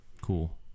cool